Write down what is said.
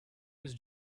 his